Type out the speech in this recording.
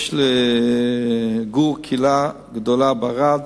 יש לגור קהילה גדולה בערד,